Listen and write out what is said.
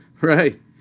Right